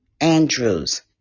Andrews